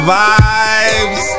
vibes